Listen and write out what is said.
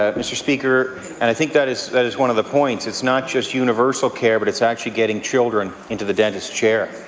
ah mr. speaker, and i think that is that is one of the points. it's not just universal care but it's actually getting children into the dentist's chair.